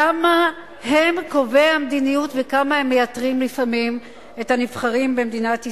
כמה הם קובעי המדיניות וכמה הם מייתרים לפעמים את הנבחרים במדינת ישראל.